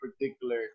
particular